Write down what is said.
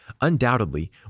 Undoubtedly